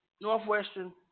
Northwestern